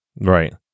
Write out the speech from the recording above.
Right